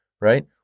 right